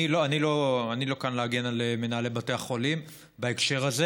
אני לא כאן להגן על מנהלי בתי חולים בהקשר הזה.